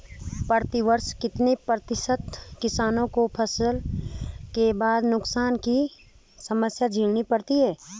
प्रतिवर्ष कितने प्रतिशत किसानों को फसल के बाद नुकसान की समस्या झेलनी पड़ती है?